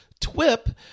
TWIP